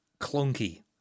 clunky